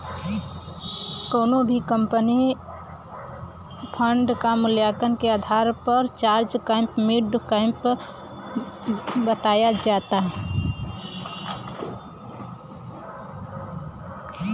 कउनो भी कंपनी क इक्विटी फण्ड क मूल्यांकन के आधार पर लार्ज कैप मिड कैप बतावल जाला